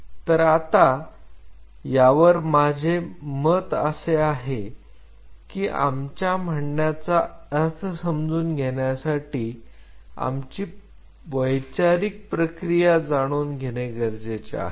तर आता यावर माझे असे मत आहे की आमच्या म्हणण्याचा अर्थ समजून घेण्यासाठी आमची वैचारिक प्रक्रिया जाणून घेणे गरजेचे आहे